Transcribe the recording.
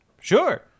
sure